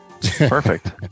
perfect